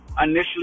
initially